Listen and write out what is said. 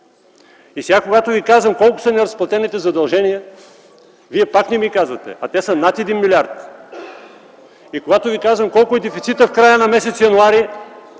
Сега, когато Ви питам колко са неразплатените задължения, Вие пак не ми казвате, а те са над 1 милиард лв. И когато Ви казвам колко е дефицитът в края на м. януари,